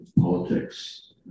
politics